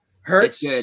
Hurts